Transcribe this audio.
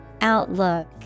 Outlook